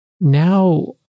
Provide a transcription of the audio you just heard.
now